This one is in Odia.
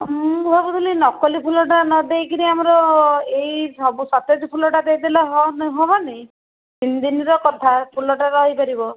ମୁଁ ଭାବୁଥିଲି ନକଲି ଫୁଲଟା ନ ଦେଇକି ଆମର ଏହିସବୁ ସତେଜ ଫୁଲଟା ଦେଇ ଦେଲେ ହେବନି ତିନି ଦିନର କଥା ଫୁଲଟା ରହିପାରିବ